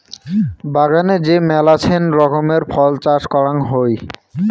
বাগানে যে মেলাছেন রকমের ফল চাষ করাং হই